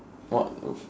what would